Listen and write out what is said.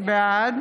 בעד